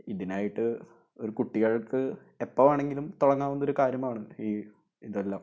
ഇതിനായിട്ട് ഒരു കുട്ടികൾക്ക് എപ്പോൾ വേണമെങ്കിലും തുടങ്ങാവുന്ന ഒരു കാര്യമാണ് ഈ ഇതെല്ലാം